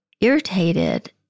irritated